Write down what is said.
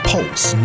Pulse